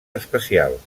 especials